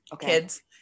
kids